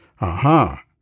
Aha